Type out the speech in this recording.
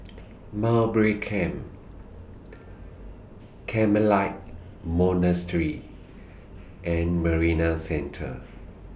Mowbray Camp Carmelite Monastery and Marina Centre